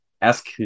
ask